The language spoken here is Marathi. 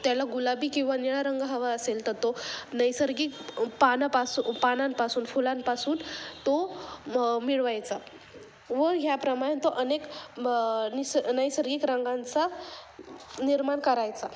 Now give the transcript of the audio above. त्याला गुलाबी किंवा निळा रंग हवा असेल तर तो नैसर्गिक पानंपासून पानांपासून फुलांपासून तो मिळवायचा व ह्याप्रमाणे तो अनेक निस नैसर्गिक रंगांचा निर्माण करायचा